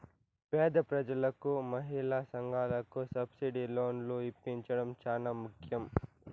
పేద ప్రజలకు మహిళా సంఘాలకు సబ్సిడీ లోన్లు ఇప్పించడం చానా ముఖ్యం